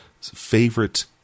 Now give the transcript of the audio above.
favorite